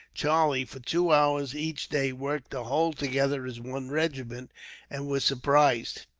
charlie, for two hours each day, worked the whole together as one regiment and was surprised,